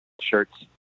shirts